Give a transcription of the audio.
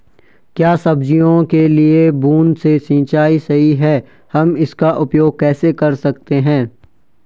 क्या सब्जियों के लिए बूँद से सिंचाई सही है हम इसका उपयोग कैसे कर सकते हैं?